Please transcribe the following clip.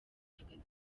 nyagatare